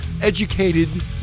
educated